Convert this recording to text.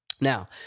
Now